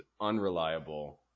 unreliable